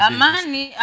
Amani